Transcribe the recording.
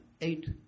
eight